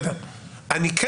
אני כן